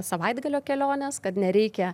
savaitgalio keliones kad nereikia